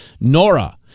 Nora